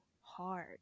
hard